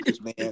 man